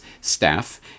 staff